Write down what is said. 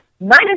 minus